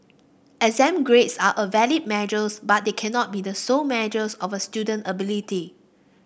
exam grades are a valid measure but they cannot be the sole measures of a student ability